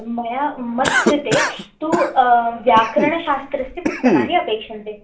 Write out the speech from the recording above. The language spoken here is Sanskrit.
मया मत् कृते तु व्याकरणशास्त्रस्य पुस्तकानि अपेक्षन्ते